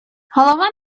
голова